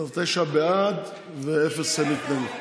תשעה בעד ואפס מתנגדים.